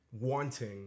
wanting